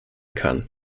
kann